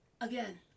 Again